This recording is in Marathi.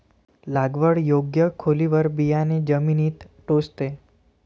लागवड योग्य खोलीवर बियाणे जमिनीत टोचते